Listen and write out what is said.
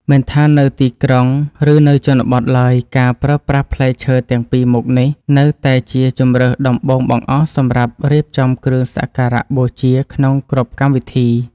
មិនថានៅទីក្រុង ឬនៅជនបទឡើយការប្រើប្រាស់ផ្លែឈើទាំងពីរមុខនេះ នៅតែជាជម្រើសដំបូងបង្អស់សម្រាប់រៀបចំគ្រឿងសក្ការបូជាក្នុងគ្រប់កម្មវិធី។